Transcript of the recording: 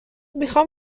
میخام